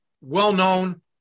well-known